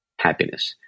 happiness